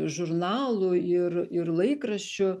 žurnalų ir ir laikraščių